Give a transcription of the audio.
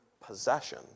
Possession